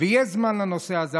ויש זמן לנושא הזה.